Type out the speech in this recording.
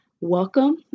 welcome